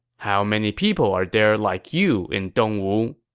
how many people are there like you in dongwu?